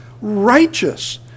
righteous